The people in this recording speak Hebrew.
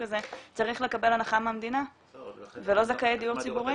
כזה צריך לקבל הנחה מהמדינה ולא זכאי דיור ציבורי?